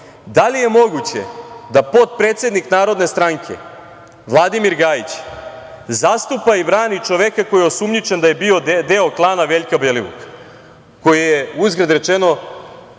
da li je moguće da potpredsednik Narodne stranke Vladimir Gajić zastupa i brani čoveka koji je osumnjičen da je bio deo klana Veljka Belivuka, koji je, uzgred rečeno,